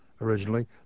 originally